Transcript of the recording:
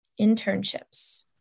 internships